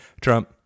trump